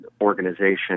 organization